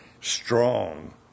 strong